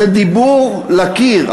זה דיבור לקיר.